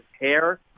hair